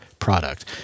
product